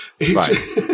Right